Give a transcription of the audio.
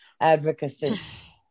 advocacy